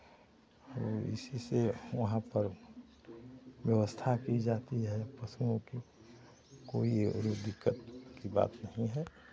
हम इसी से वहां पर व्यवस्था की जाती है पशुओं की कोई दिक्कत की बात नहीं है